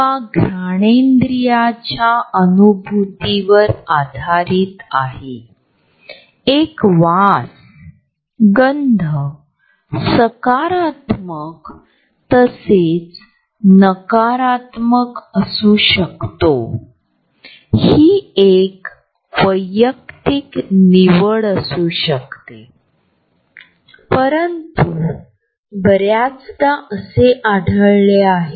हे एखाद्याच्या शरीराच्या आसपासचे क्षेत्र आहे हे एक अदृश्य प्रकारचा झोन आहे आणि जर लोक त्यामध्ये गेले तर अस्वस्थ वाटू लागेल तुम्हाला खूप तणाव वाटू लागेल